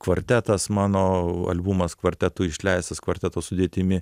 kvartetas mano albumas kvartetu išleistas kvarteto sudėtimi